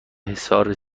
حصار